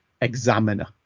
examiner